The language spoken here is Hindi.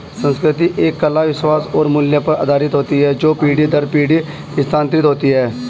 संस्कृति एवं कला विश्वास और मूल्य पर आधारित होती है जो पीढ़ी दर पीढ़ी स्थानांतरित होती हैं